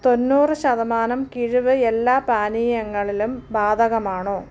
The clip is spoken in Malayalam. തൊണ്ണൂറ് ശതമാനം കിഴിവ് എല്ലാ പാനീയങ്ങളിലും ബാധകമാണോ